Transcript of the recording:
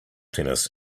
tennis